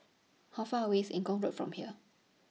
How Far away IS Eng Kong Road from here